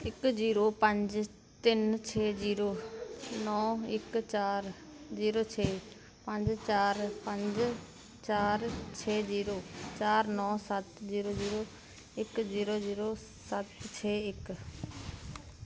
ਇੱਕ ਜੀਰੋ ਪੰਜ ਤਿੰਨ ਛੇ ਜੀਰੋ ਨੌ ਇੱਕ ਚਾਰ ਜੀਰੋ ਛੇ ਪੰਜ ਚਾਰ ਪੰਜ ਚਾਰ ਛੇ ਜੀਰੋ ਚਾਰ ਨੌ ਸੱਤ ਜੀਰੋ ਜੀਰੋ ਇੱਕ ਜੀਰੋ ਜੀਰੋ ਸੱਤ ਛੇ ਇੱਕ